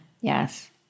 Yes